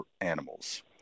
animals